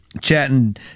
chatting